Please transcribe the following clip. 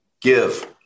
Give